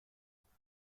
مقاله